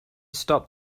stop